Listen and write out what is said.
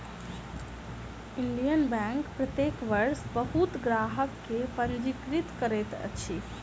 Indian bank प्रत्येक वर्ष बहुत ग्राहक के पंजीकृत करैत अछि